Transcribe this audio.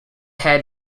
head